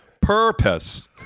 purpose